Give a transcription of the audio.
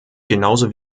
genauso